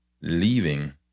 leaving